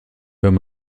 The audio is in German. wenn